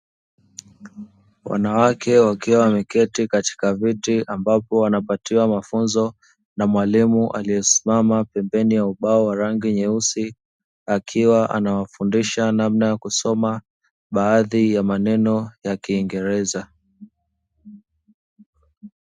Wanawake wakiwa wameketi katika viti, ambapo wanapatiwa mafunzo na mwalimu aliyesimama pembeni ya ubao wa rangi nyeusi, akiwa anawafundisha namna ya kusoma baadhi ya maneno ya kiingereza.